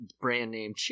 brand-name